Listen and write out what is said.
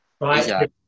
Right